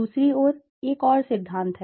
दूसरी ओर एक और सिद्धांत है